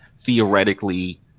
theoretically